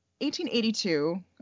1882